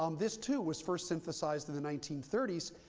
um this, too, was first synthesized in the nineteen thirty s.